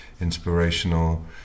inspirational